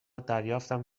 دریافتم